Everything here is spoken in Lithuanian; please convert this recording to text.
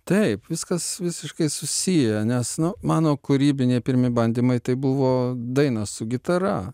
taip viskas visiškai susiję nes nu mano kūrybiniai pirmi bandymai tai buvo daina su gitara